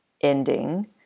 ending